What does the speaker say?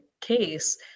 case